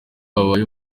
abaye